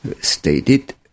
stated